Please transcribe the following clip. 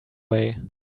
way